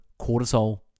cortisol